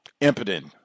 Impotent